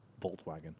Volkswagen